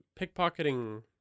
pickpocketing